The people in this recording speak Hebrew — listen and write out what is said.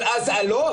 לא,